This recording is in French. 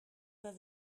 pas